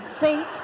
See